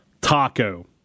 Taco